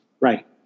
Right